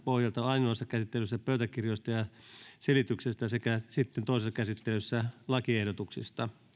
pohjalta ainoassa käsittelyssä pöytäkirjoista ja selityksestä ja sitten toisessa käsittelyssä lakiehdotuksista